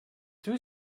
two